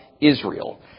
Israel